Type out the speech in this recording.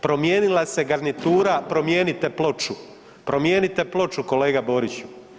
Promijenila se garnitura, promijenite ploču, promijenite ploču kolega Boriću.